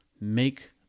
make